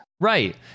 Right